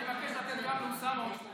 אני מבקש לתת גם לאוסאמה עוד,